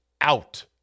out